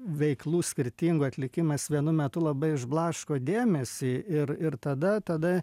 veiklų skirtingų atlikimas vienu metu labai išblaško dėmesį ir ir tada tada